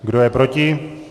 Kdo je proti?